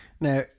Now